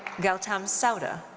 gautam sowda.